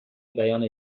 بیان